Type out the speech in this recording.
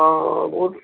অঁঁ বহুত